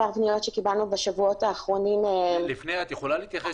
את יכולה להתייחס.